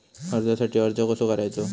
कर्जासाठी अर्ज कसो करायचो?